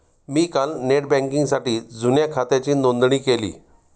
मी काल नेट बँकिंगसाठी जुन्या खात्याची नोंदणी केली